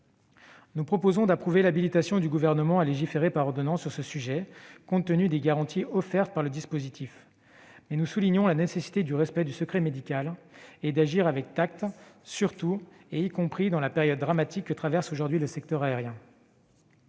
Nous proposons d'approuver l'habilitation du Gouvernement à légiférer par ordonnance sur ce sujet compte tenu des garanties offertes par le dispositif, mais nous soulignons la nécessité de respecter le secret médical et d'agir avec tact, surtout et y compris dans la période dramatique que traverse aujourd'hui le secteur aérien.